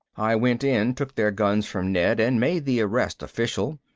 i went in, took their guns from ned, and made the arrest official.